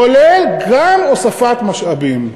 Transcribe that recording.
כולל גם הוספת משאבים,